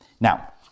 Now